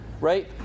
right